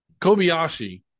Kobayashi